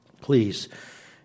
Please